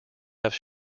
have